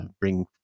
bring